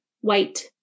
White